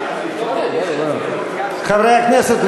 חברי הכנסת,